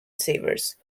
savers